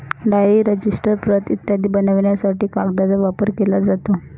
diary, register, प्रत इत्यादी बनवण्यासाठी कागदाचा वापर केला जातो